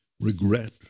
regret